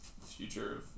future